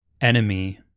enemy